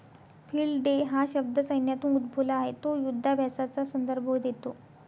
field day हा शब्द सैन्यातून उद्भवला आहे तो युधाभ्यासाचा संदर्भ देतो